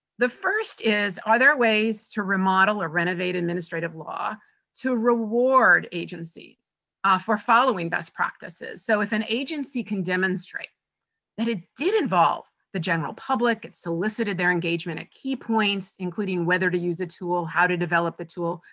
the first is, are there ways to remodel or renovate administrative law to reward agencies ah for following best practices? so, if an agency can demonstrate that it did involve the general public, it solicited their engagement at key points, including whether to use the tool, how to develop the tool,